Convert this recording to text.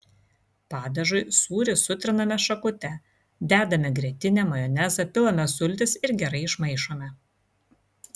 padažui sūrį sutriname šakute dedame grietinę majonezą pilame sultis ir gerai išmaišome